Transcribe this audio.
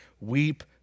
Weep